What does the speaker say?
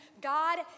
God